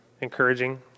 encouraging